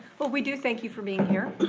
well we do thank you for being here.